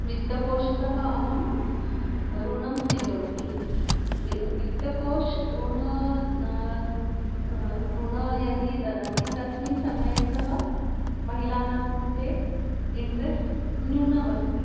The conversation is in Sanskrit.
वित्तकोशतः अहम् ऋणं स्वीकरोमि वि वित्तकोशः ऋणम् ऋणं यदि ददाति तस्मिन् समये सह महिलानां कृते इण्ट्रेस्ट् न्यूनमस्ति